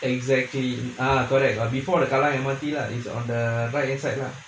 exactly ah correct but before the kallang M_R_T lah on the right hand side lah